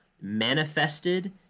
manifested